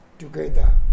Together